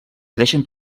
creixen